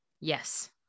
Yes